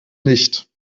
nicht